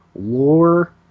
lore